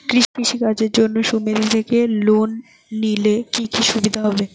কৃষি কাজের জন্য সুমেতি থেকে লোন নিলে কি কি সুবিধা হবে?